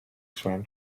swam